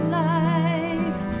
life